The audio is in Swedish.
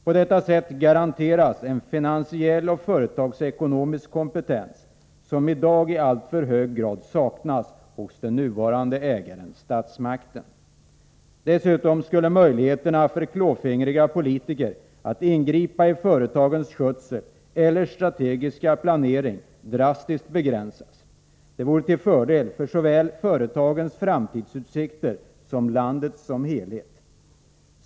På detta sätt garanteras en finansiell och företagsekonomisk kompetens, som i dag i alltför hög grad saknas hos den nuvarande ägaren, statsmakten. Dessutom skulle möjligheterna för klåfingriga politiker att ingripa i företagens skötsel eller strategiska planering drastiskt begränsas. Detta vore till fördel för såväl företagens framtidsutsikter som landets som helhet.